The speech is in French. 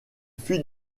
fut